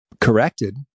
corrected